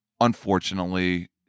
Unfortunately